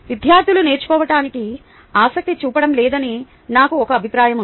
విద్యార్థులు నేర్చుకోవటానికి ఆసక్తి చూపడం లేదని నాకు ఒక అభిప్రాయం ఉంది